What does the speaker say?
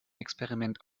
experiment